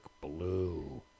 blue